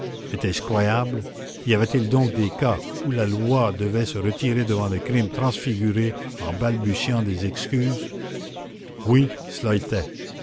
était-ce croyable y avait-il donc des cas où la loi devait se retirer devant le crime transfiguré en balbutiant des excuses oui cela était